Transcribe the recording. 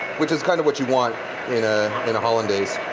which is kind of what you want you know in a hollandaise.